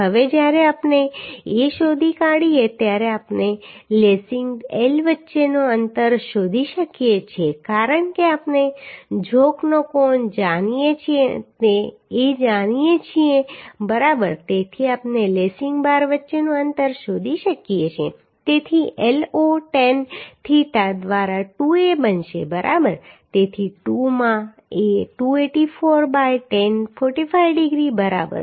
હવે જ્યારે આપણે a શોધી કાઢીએ ત્યારે આપણે લેસિંગ L વચ્ચેનું અંતર શોધી શકીએ છીએ કારણ કે આપણે ઝોકનો કોણ જાણીએ છીએ તે a જાણીએ છીએ બરાબર તેથી આપણે લેસિંગ બાર વચ્ચેનું અંતર શોધી શકીએ છીએ તેથી L0 ટેન થીટા દ્વારા 2a બનશે બરાબર તેથી 2 માં a 284 બાય ટેન 45 ડિગ્રી બરાબર